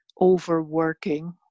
overworking